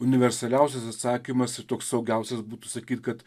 universaliausias atsakymas ir toks saugiausias būtų sakyt kad